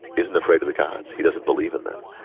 isn't afraid of the gods. he doesn't believe in them.